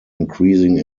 increasing